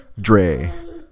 Dre